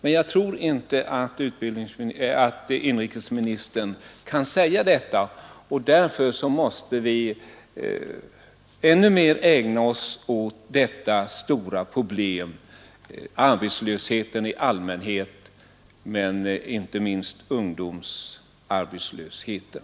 Men jag tror inte att inrikesministern kan säga detta, och därför måste vi ännu mer ägna oss åt att det stora problemet med arbetslösheten, både den allmänna arbetslösheten och inte minst ungdomsarbetslösheten.